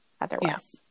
otherwise